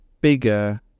bigger